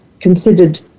considered